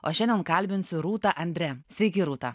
o šiandien kalbinsiu rūtą andre sveiki rūta